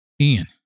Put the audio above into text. Ian